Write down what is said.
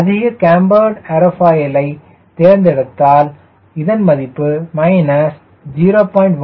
அதிக கேம்பர்டு ஏரோஃபைலை தேர்ந்தெடுத்தால் இதன் மதிப்பு 0